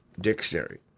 dictionary